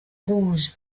rouge